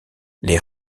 les